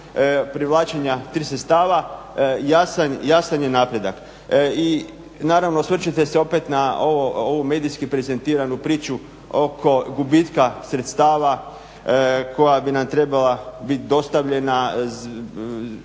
privlačenja tih sredstava jasan je napredak. I naravno osvrćite se opet na ovu medijski prezentiranu priču oko gubitka sredstava koja bi nam trebala biti dostavljena, da